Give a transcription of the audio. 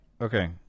Okay